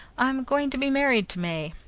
i'm going to be married to may.